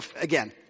again